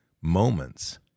moments